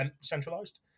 centralized